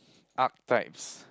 archetypes